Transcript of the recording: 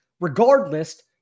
Regardless